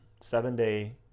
seven-day